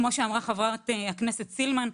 כמו שאמרה חברת הכנסת סילמן,